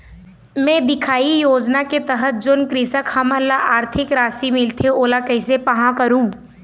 मैं दिखाही योजना के तहत जोन कृषक हमन ला आरथिक राशि मिलथे ओला कैसे पाहां करूं?